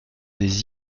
des